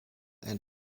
and